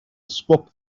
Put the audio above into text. spoke